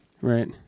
Right